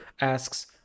asks